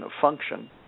function